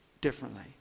differently